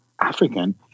African